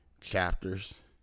chapters